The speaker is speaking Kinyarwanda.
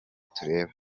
tureba